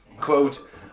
Quote